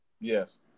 Yes